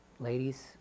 Ladies